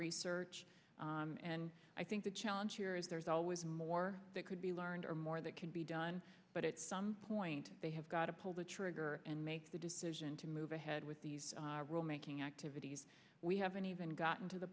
research and i think the challenge here is there's always more that could be learned or more that can be done but at some point they have got to pull the trigger and make the decision to move ahead with these rule making activities we haven't even gotten to the